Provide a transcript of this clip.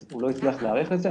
אז הוא לא הצליח להיערך לזה.